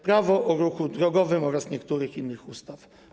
Prawo o ruchu drogowym oraz niektórych innych ustaw.